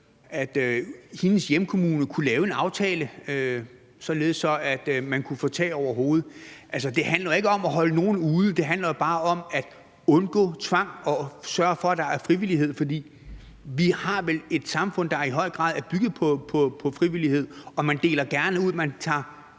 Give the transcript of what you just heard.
Enhedslisten beskrev, kunne lave en aftale, således at man kunne få tag over hovedet? Altså, det handler jo ikke om at holde nogen ude, men det handler jo bare om at undgå tvang og sørge for, at der er frivillighed. For vi har vel et samfund, der i høj grad er bygget på frivillighed, og man deler gerne ud, man tager